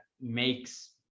makes